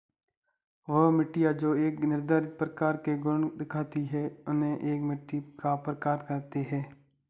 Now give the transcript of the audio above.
वह मिट्टियाँ जो एक निर्धारित प्रकार के गुण दिखाती है उन्हें एक मिट्टी का प्रकार कहते हैं